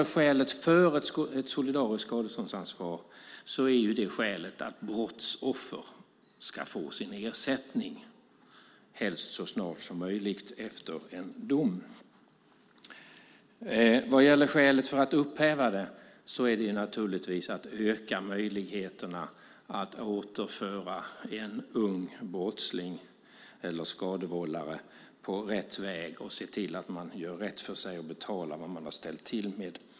Skälet för ett solidariskt skadeståndsansvar är att brottsoffer ska få sin ersättning, helst så snart som möjligt efter en dom. Skälet för att upphäva det solidariska skadeståndsansvaret är naturligtvis att öka möjligheterna att återföra en ung brottsling eller skadevållare på rätt väg och se till att vederbörande gör rätt för sig och betalar för vad han eller hon ställt till med.